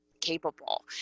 capable